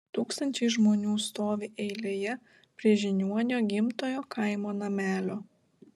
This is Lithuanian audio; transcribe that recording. tūkstančiai žmonių stovi eilėje prie žiniuonio gimtojo kaimo namelio